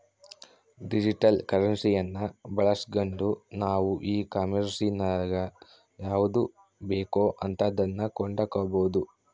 digital ಕರೆನ್ಸಿಯನ್ನ ಬಳಸ್ಗಂಡು ನಾವು ಈ ಕಾಂಮೆರ್ಸಿನಗ ಯಾವುದು ಬೇಕೋ ಅಂತದನ್ನ ಕೊಂಡಕಬೊದು